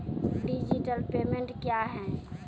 Digital payment क्या हैं?